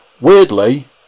Weirdly